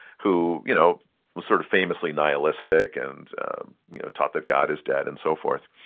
who you know was sort of famously nihilistic and taught that god is dead and so forth,